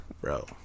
Bro